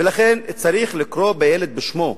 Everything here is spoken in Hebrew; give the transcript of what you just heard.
ולכן, צריך לקרוא לילד בשמו.